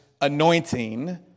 anointing